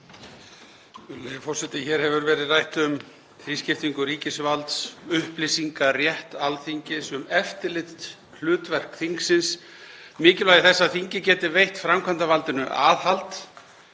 verið rætt um þrískiptingu ríkisvalds, upplýsingarétt Alþingis, eftirlitshlutverk þingsins og mikilvægi þess að þingið geti veitt framkvæmdarvaldinu aðhald.